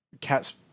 Cat's